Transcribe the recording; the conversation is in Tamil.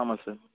ஆமாம் சார்